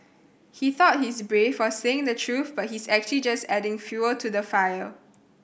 he thought he's brave for saying the truth but he's actually just adding fuel to the fire